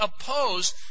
opposed